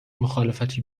مخالفتی